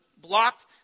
blocked